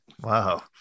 Wow